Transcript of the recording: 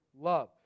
love